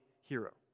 hero